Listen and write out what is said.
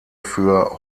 für